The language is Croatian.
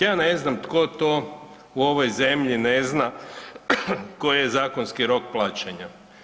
Ja ne znam tko to u ovoj zemlji ne zna koji je zakonski rok plaćanja.